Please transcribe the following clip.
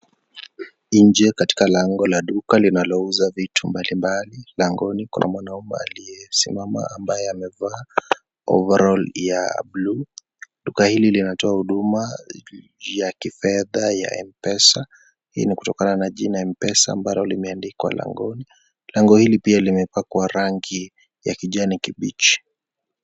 Nje katika lango la duka linalo uza vitu mbalimbali mlangoni kuna mwanaume ambaye aliyesimama ambaye amevaa overall ya buluu, duka hili linatoa huduma juu ya kifehda ya mpesa hii ni kutokana na jina Mpesa ambalo limeandikwa langoni, lango hili pia limepakwa rangi ya kijani kibichi.